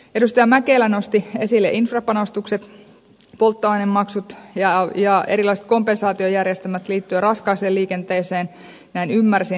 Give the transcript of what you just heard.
edustaja mäkelä nosti esille infrapanostukset polttoainemaksut ja erilaiset kompensaatiojärjestelmät liittyen raskaaseen liikenteeseen näin ymmärsin